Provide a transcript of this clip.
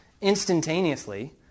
instantaneously